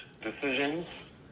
decisions